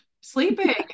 sleeping